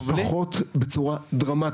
יש פחות בצורה שהיא דרמטית.